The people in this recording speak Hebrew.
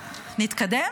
נתקדם?